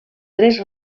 tres